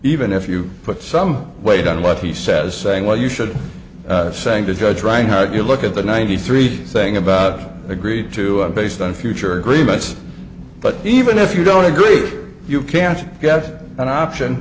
even if you put some weight on what he says saying well you should saying to judge reinhardt you look at the ninety three thing about agreed to and based on future agreements but even if you don't agree you can't get an option